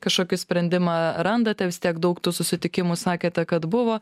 kažkokį sprendimą randate tiek daug tų susitikimų sakėte kad buvo